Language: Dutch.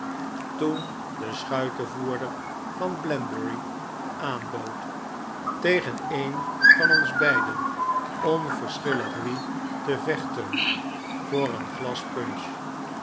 toen de schuitenvoerder van banbury aanbood tegen een van ons beiden onverschillig wie te vechten voor een glas punch